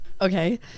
Okay